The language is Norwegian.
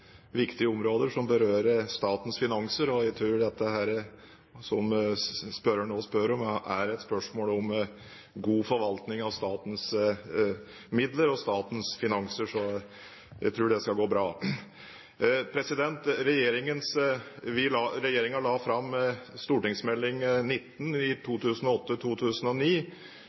viktige områder som berører statens finanser, og jeg tror det som spørreren nå spør om, er et spørsmål om god forvaltning av statens midler og statens finanser. Så jeg tror det skal gå bra. Regjeringen la fram St.meld. nr. 19 for 2008–2009, Ei forvaltning for demokrati og fellesskap, og i